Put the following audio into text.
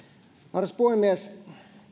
arvoisa puhemies